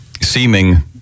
seeming